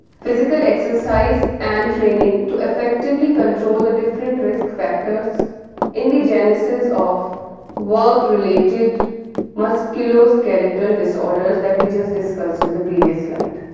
physical exercise and training to effectively control the different risk factors in the genesis of work related musculoskeletal disorders that we just discussed in the previous slide,